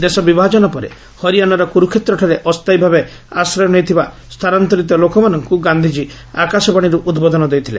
ଦେଶ ବିଭାଜନ ପରେ ହରିଆନାର କୁରୁକ୍ଷେତ୍ର ଠାରେ ଅସ୍ଥାୟୀ ଭାବେ ଆଶ୍ରୟ ନେଇଥିବା ସ୍ଥାନାନ୍ତରିତ ଲୋକମାନଙ୍କୁ ଗାନ୍ଧିଜୀ ଆକାଶବାଣୀରୁ ଉଦ୍ବୋଧନ ଦେଇଥିଲେ